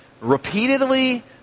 repeatedly